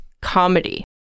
comedy